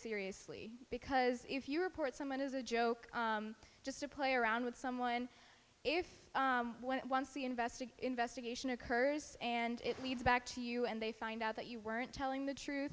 seriously because if you report someone is a joke just to play around with someone if one see investing investigation occurs and it leads back to you and they find out that you weren't telling the truth